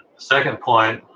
second point,